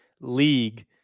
league